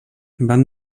van